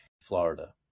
Florida